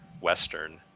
western